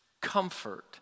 comfort